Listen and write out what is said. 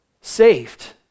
saved